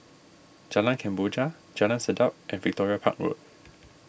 Jalan Kemboja Jalan Sedap and Victoria Park Road